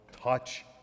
touch